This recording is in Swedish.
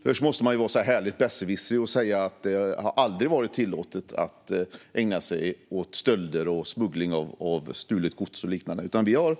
Herr talman! Först måste man vara härligt besserwissrig och säga att det aldrig har varit tillåtet att ägna sig åt stölder och smuggling av stulet gods och liknande. Vi har